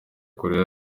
koreya